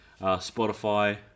Spotify